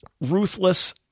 ruthless